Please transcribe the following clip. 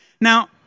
Now